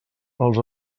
els